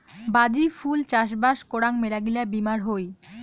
বাজি ফুল চাষবাস করাং মেলাগিলা বীমার হই